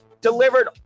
delivered